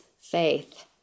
faith